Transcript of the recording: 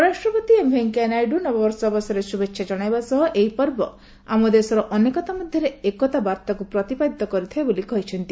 ଉପରାଷ୍ଟ୍ରପତି ଏମ୍ ଭେଙ୍କୟା ନାଇଡୁ ନବବର୍ଷ ଅବସରରେ ଶୁଭେଚ୍ଛା ଜଣାଇବା ସହ ଏହି ପର୍ବ ଆମ ଦେଶର ଅନେକତା ମଧ୍ୟରେ ଏକତା ବାର୍ତ୍ତାକୁ ପ୍ରତିପାଦିତ କରିଥାଏ ବୋଲି କହିଛନ୍ତି